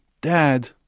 Dad